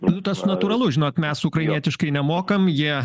nu tas natūralu žinot mes ukrainietiškai nemokam jie